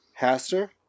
Haster